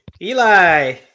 eli